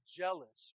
jealous